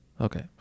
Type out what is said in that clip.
Okay